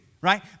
right